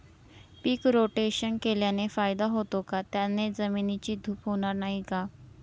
पीक rotation केल्याने फायदा होतो का? त्याने जमिनीची धूप होणार नाही ना?